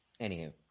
anywho